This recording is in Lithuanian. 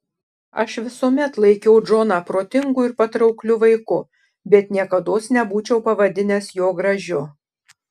aš visuomet laikiau džoną protingu ir patraukliu vaiku bet niekados nebūčiau pavadinęs jo gražiu